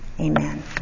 Amen